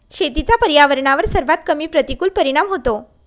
शेतीचा पर्यावरणावर सर्वात कमी प्रतिकूल परिणाम होतो